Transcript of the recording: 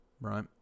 Right